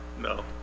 No